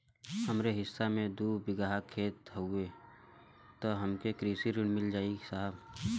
हमरे हिस्सा मे दू बिगहा खेत हउए त हमके कृषि ऋण मिल जाई साहब?